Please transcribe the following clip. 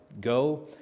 Go